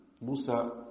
Musa